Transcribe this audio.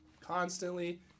constantly